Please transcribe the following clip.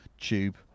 tube